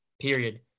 period